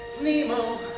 Nemo